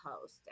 post